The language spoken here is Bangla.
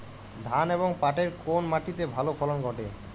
ধান এবং পাটের কোন মাটি তে ভালো ফলন ঘটে?